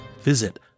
Visit